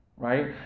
right